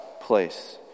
place